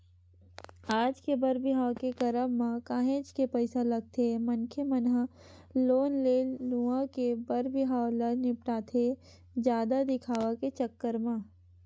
आज के बर बिहाव के करब म काहेच के पइसा लगथे मनखे मन ह लोन ले लुवा के बर बिहाव ल निपटाथे जादा दिखावा के चक्कर म